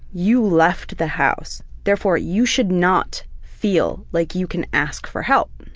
you left the house, therefore you should not feel like you can ask for help'.